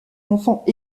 enfants